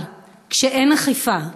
אבל כשאין אכיפה,